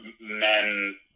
men